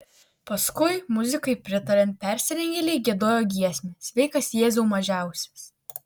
paskui muzikai pritariant persirengėliai giedojo giesmę sveikas jėzau mažiausias